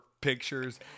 pictures